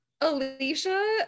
Alicia